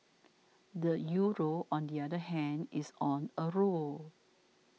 the Euro on the other hand is on a roll